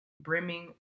Brimming